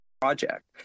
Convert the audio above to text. project